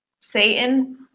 Satan